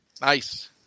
Nice